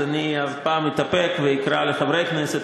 אז הפעם אתאפק ואקרא לחברי הכנסת